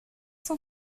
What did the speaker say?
son